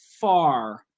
far